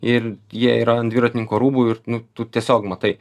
ir jie yra ant dviratininko rūbų ir nu tu tiesiog matai